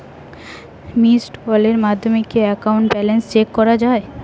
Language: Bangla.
মিসড্ কলের মাধ্যমে কি একাউন্ট ব্যালেন্স চেক করা যায়?